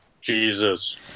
Jesus